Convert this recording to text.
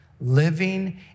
Living